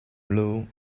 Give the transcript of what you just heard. blue